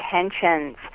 intentions